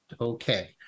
okay